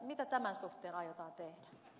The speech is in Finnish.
mitä tämän suhteen aiotaan tehdä